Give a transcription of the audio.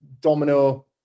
Domino